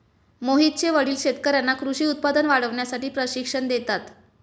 मोहितचे वडील शेतकर्यांना कृषी उत्पादन वाढवण्यासाठी प्रशिक्षण देतात